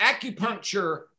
acupuncture